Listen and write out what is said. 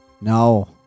No